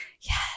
Yes